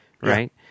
right